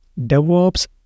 DevOps